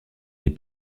des